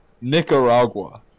Nicaragua